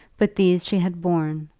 but these she had borne,